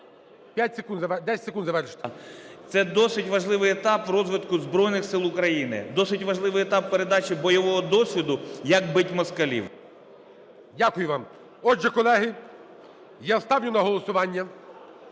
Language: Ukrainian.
Це досить важливий етап в розвитку Збройних Сил України, досить важливий етап передачі бойового досвіду, як бить москалів. ГОЛОВУЮЧИЙ. Дякую вам. Отже, колеги, я ставлю на голосування